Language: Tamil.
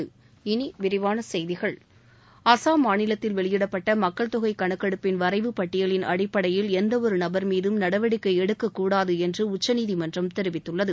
இனி விரிவான செய்திகள் அசாம் மாநிலத்தில் வெளியிடப்பட்ட மக்கள் தொகை கணக்கெடுப்பின் வரைவு பட்டியலின் அடிப்படையில் எந்த ஒரு நபர் மீதும் நடவடிக்கை எடுக்க கூடாது என்று உச்சநீதிமன்றம் தெரிவித்துள்ளது